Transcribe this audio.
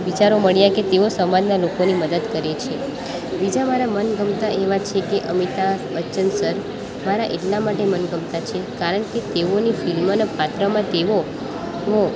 વિચારો મળ્યા કે તેઓ સમાજના લોકોની મદદ કરે છે બીજા મારા મનગમતા એવા છે કે અમિતાભ બચ્ચન સર મારા એટલા માટે મનગમતા છે કારણ કે તેઓની ફિલ્મનાં પાત્રમાં તેઓનું